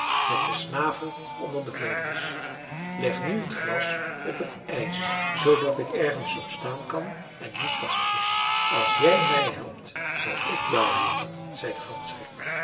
met den snavel onder de vleugels leg nu t gras op het ijs zoodat ik ergens op staan kan en niet vast vries als jij mij helpt zal ik jou helpen zei de